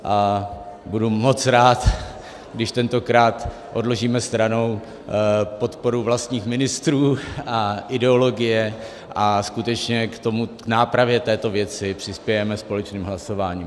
A budu moc rád, když tentokrát odložíme stranou podporu vlastních ministrů a ideologie a skutečně k nápravě této věci přispějeme společným hlasováním.